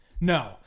No